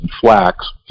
flax